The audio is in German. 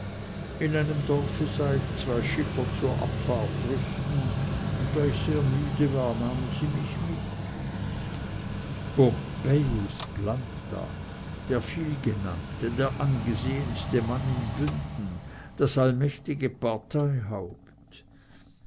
in einem dorfe sah ich zwei schiffer zur abfahrt rüsten und da ich sehr müde war nahmen sie mich mit pompejus planta der vielgenannte der angesehenste mann in bünden das allmächtige